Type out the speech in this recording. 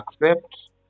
accept